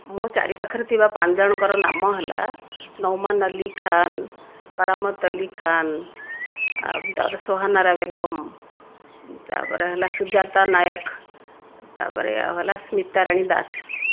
ମୋ ଚାରି ପାଖରେ ଥିବା ପାଞ୍ଚ ଜଣଙ୍କର ନାମ ହେଲା ନୌମାନ ଅଲ୍ଲୀ ଖାନ କରାମତ ଅଲ୍ଲୀ ଖାନ ଆଉ ତା'ପରେ ସୁହାନରା ବେଗମ ତା'ପରେ ହେଲା ସୁଜାତା ନାୟକ ତା'ପରେ ଆଉ ହେଲା ସ୍ମିତା ରାଣୀ ଦାସ